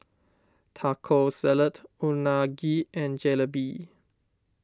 Taco Salad Unagi and Jalebi